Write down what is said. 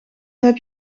heb